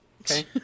Okay